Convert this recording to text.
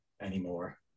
Anymore